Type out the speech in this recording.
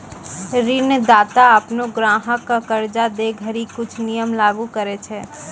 ऋणदाता अपनो ग्राहक क कर्जा दै घड़ी कुछ नियम लागू करय छै